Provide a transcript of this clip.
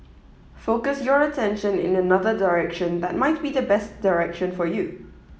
focus your attention in another direction that might be the best direction for you